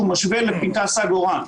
והוא משווה לפנקס העגורן.